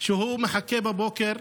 כשהוא חיכה בבוקר,